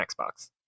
Xbox